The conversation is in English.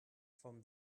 from